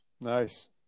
Nice